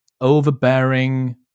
overbearing